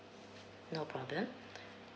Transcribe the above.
no problem